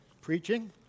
preaching